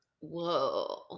whoa